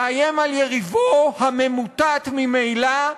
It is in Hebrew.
מאיים על יריבו הממוטט ממילא,